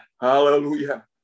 hallelujah